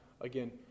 again